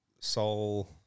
soul